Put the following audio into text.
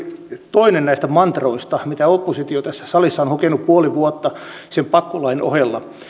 toinen näistä mantroista mitä oppositio tässä salissa on hokenut puoli vuotta sen pakkolain ohella